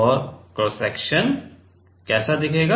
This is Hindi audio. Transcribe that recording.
और क्रॉस सेक्शन कैसा दिखेगा